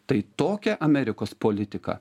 tai tokia amerikos politika